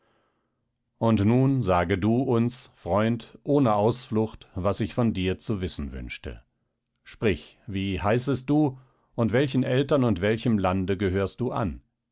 und nun sage du uns freund ohne ausflucht was ich von dir zu wissen wünschte sprich wie heißest du und welchen eltern und welchem lande gehörst du an